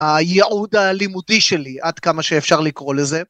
הייעוד הלימודי שלי עד כמה שאפשר לקרוא לזה.